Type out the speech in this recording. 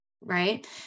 right